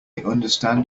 understand